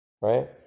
Right